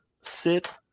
sit